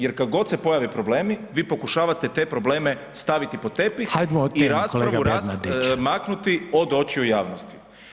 Jer kad god se pojave problemi vi pokušavate te probleme staviti pod tepih [[Upadica: Hajmo o temi kolega Bernardić.]] i raspravu maknuti od očiju javnosti.